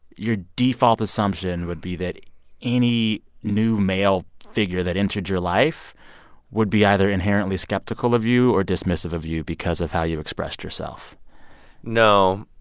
your default assumption would be that any new male figure that entered your life would be either inherently skeptical of you or dismissive of you because of how you've expressed yourself no,